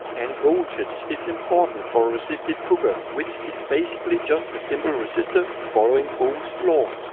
and voltage is important for a resistive cooker which is basically just a simple resistor following ohm's law.